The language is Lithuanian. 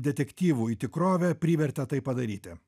detektyvų į tikrovę privertė tai padaryti